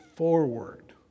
Forward